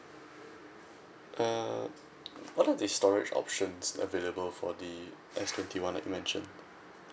uh what are the storage options available for the S twenty one like you mentioned